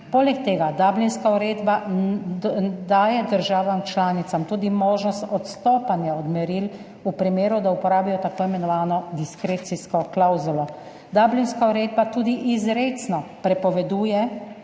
Poleg tega Dublinska uredba daje državam članicam tudi možnost odstopanja od meril v primeru, da uporabijo tako imenovano diskrecijsko klavzulo. Dublinska uredba tudi izrecno prepoveduje